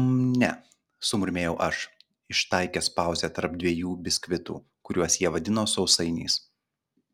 mm ne sumurmėjau aš ištaikęs pauzę tarp dviejų biskvitų kuriuos jie vadino sausainiais